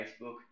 Facebook